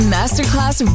Masterclass